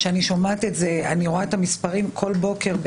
אני שומעת את זה ורואה את המספרים בכל בוקר,